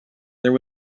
there